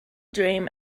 dream